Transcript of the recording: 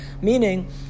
Meaning